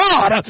God